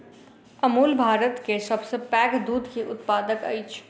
अमूल भारत के सभ सॅ पैघ दूध के उत्पादक अछि